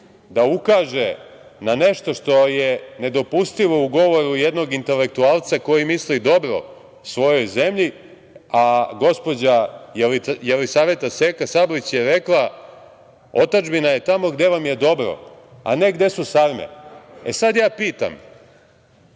da ukaže na nešto što je nedopustivo u govoru jednog intelektualca koji misli dobro svojoj zemlji, a gospođa Jelisaveta Seka Sablić je rekla - otadžbina je tamo gde vam je dobro, a ne gde su sarme i sada ja pitam